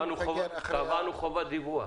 קבענו חובת דיווח.